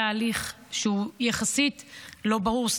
היה הליך שהוא יחסית לא ברור,